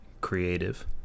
creative